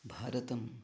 भारतम्